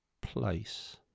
place